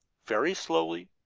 very slowly,